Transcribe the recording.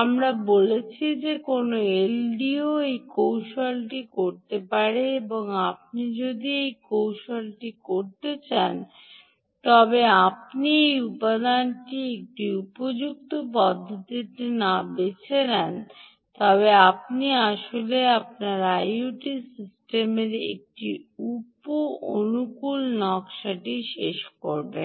আমরা বলেছি যে কোনও এলডিও এই কৌশলটি করতে পারে এবং আপনি যদি এই কৌশলটি করতে চান তবে আপনি যদি এই উপাদানটি একটি উপযুক্ত পদ্ধতিতে না বেছে নেন তবে আপনি আসলে আপনার আইওটি সিস্টেমের একটি উপ অনুকূল নকশাটি শেষ করবেন